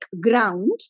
ground